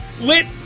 Lit